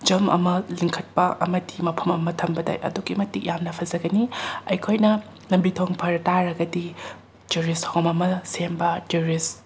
ꯖꯝ ꯑꯃ ꯂꯤꯡꯈꯠꯄ ꯑꯃꯗꯤ ꯃꯐꯝ ꯑꯃ ꯊꯝꯕꯗ ꯑꯗꯨꯛꯀꯤ ꯃꯇꯤꯛ ꯌꯥꯝꯅ ꯐꯖꯒꯅꯤ ꯑꯩꯈꯣꯏꯅ ꯂꯝꯕꯤ ꯊꯣꯡ ꯐꯔ ꯇꯥꯔꯒꯗꯤ ꯇꯨꯔꯤꯁ ꯍꯣꯝ ꯑꯃ ꯁꯦꯝꯕ ꯇꯨꯔꯤꯁ